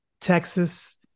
Texas